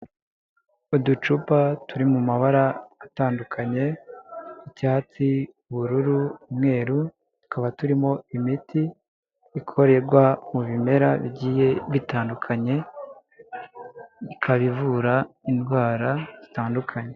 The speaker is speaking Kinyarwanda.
Uducupa turi mu mabara atandukanye, icyatsi, ubururu, umweru, tukaba turimo imiti ikorwa mu bimera bigiye bitandukanye, ikaba ivura indwara zitandukanye.